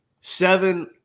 seven